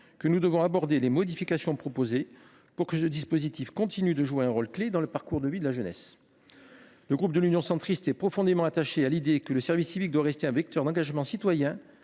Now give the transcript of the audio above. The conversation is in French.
que nous devons aborder les modifications proposées, afin que ce dispositif continue de jouer un rôle clé dans le parcours de vie de la jeunesse. Le groupe Union Centriste est profondément attaché au fait que le service civique reste un vecteur d’engagement citoyen